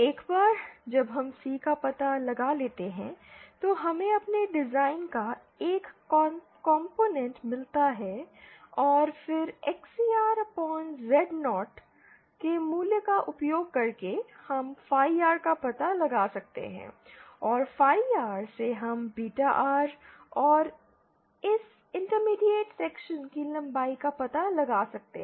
एक बार जब हम C का पता लगा लेते हैं तो हमें अपने डिज़ाइन का एक कंपोनेंट मिलता है और फिर XCR Z0 के मूल्य का उपयोग करके हम phi R का पता लगा सकते हैं और phi R से हम बीटा R और इस इंटरमीडिएट सेक्शन की लंबाई का पता लगा सकते हैं